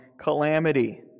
calamity